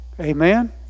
Amen